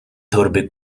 torby